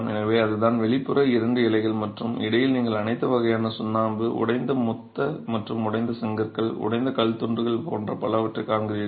எனவே அதுதான் வெளிப்புற இரண்டு இலைகள் மற்றும் இடையில் நீங்கள் அனைத்து வகையான சுண்ணாம்பு உடைந்த மொத்த மற்றும் உடைந்த செங்கற்கள் உடைந்த கல் துண்டுகள் மற்றும் பலவற்றைக் காண்கிறீர்கள்